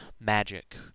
magic